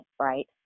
right